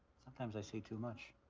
sometimes i see too much.